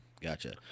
Gotcha